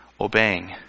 obeying